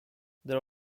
there